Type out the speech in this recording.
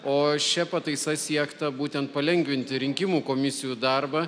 o šia pataisa siekta būtent palengvinti rinkimų komisijų darbą